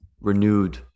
renewed